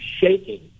shaking